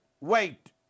wait